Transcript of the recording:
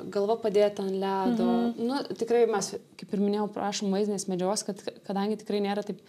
galva padėta ant ledo nu tikrai mes kaip ir minėjau prašom vaizdinės medžiagos kad kadangi tikrai nėra taip